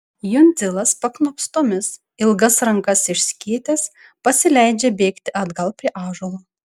jundzilas paknopstomis ilgas rankas išskėtęs pasileidžia bėgti atgal prie ąžuolo